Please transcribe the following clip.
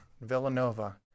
Villanova